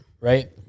right